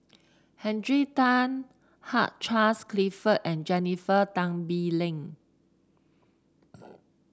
Hundred Tan Hugh Charles Clifford and Jennifer Tan Bee Leng